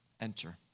enter